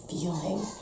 feeling